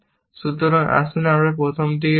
সুতরাং আসুন আমরা আপনাকে প্রথমে বলি